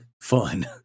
fun